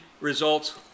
results